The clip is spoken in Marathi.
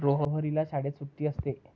लोहरीला शाळेत सुट्टी असते